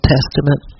Testament